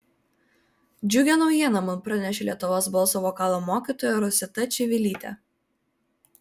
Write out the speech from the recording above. džiugią naujieną man pranešė lietuvos balso vokalo mokytoja rosita čivilytė